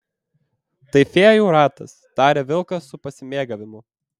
tai fėjų ratas taria vilkas su pasimėgavimu